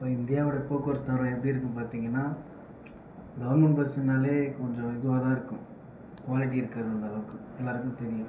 இப்போது இந்தியாவோட போக்குவரத்து தரம் எப்படி இருக்குதுன்னு பார்த்தீங்கன்னா கவர்மெண்ட் பஸ்ஸுனாலே கொஞ்சம் இதுவாக தான் இருக்கும் குவாலிட்டி இருக்காது அந்த அளவுக்கு எல்லாருக்குமே தெரியும்